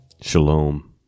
Shalom